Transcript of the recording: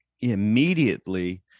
immediately